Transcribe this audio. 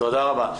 תודה רבה.